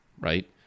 right